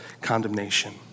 condemnation